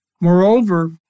Moreover